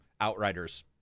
outriders